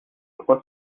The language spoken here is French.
trois